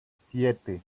siete